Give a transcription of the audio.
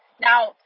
Now